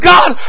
God